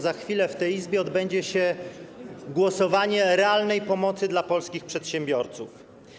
Za chwilę w tej Izbie odbędzie się głosowanie nad realną pomocą dla polskich przedsiębiorców.